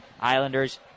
Islanders